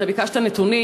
ואתה ביקשת נתונים.